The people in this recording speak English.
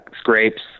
scrapes